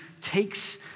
takes